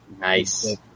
nice